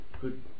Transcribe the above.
good